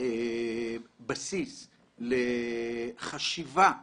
כבסיס לחשיבה נכונה,